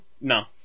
No